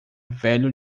velho